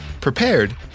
prepared